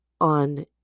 on